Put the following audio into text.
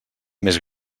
més